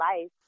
life